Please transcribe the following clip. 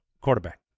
quarterback